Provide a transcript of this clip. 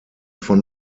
von